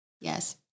Yes